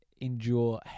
endure